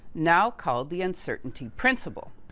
now called the uncertainty principle.